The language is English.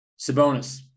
Sabonis